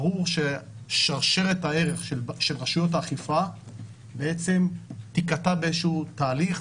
ברור ששרשרת הערך של רשויות אכיפה בעצם תיקטע באיזשהו תהליך.